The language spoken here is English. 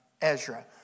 Ezra